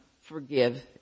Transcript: forgive